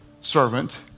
servant